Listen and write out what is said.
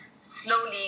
slowly